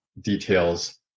details